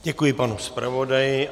Děkuji panu zpravodaji.